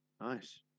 nice